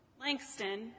Langston